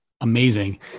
Amazing